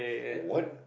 what